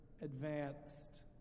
advanced